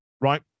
right